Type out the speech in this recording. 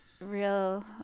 real